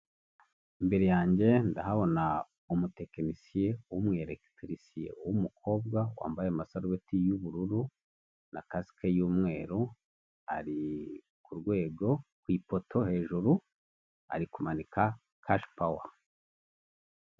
Imbere yanjye ndahabona umutekenisiye w'umweregitirisiye w'umukobwa wambaye amasarubeti y'ubururu na kasike y'umweru ari ku rwego, ku ipoto hejuru ari kumanika kashi powa.